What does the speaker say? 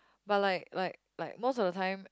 but like like like most of the time